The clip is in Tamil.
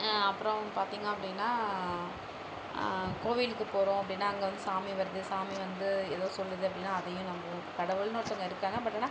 அப்புறம் பார்த்தீங்க அப்படின்னா கோவிலுக்கு போகிறோம் அப்படினா அங்கே வந்து சாமி வருது சாமி வந்து ஏதோ சொல்லுது அப்படின்னா அதையும் நம்புவோம் கடவுள்னு ஒருத்தங்க இருக்காங்க பட் ஆனால்